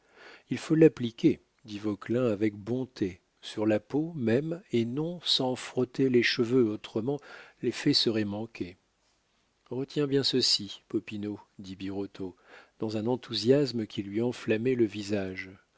il faut l'appliquer dit vauquelin avec bonté sur la peau même et non s'en frotter les cheveux autrement l'effet serait manqué retiens bien ceci popinot dit birotteau dans un enthousiasme qui lui enflammait le visage